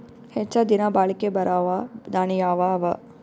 ಹೆಚ್ಚ ದಿನಾ ಬಾಳಿಕೆ ಬರಾವ ದಾಣಿಯಾವ ಅವಾ?